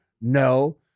No